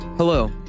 Hello